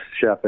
chef